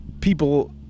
people